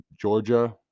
Georgia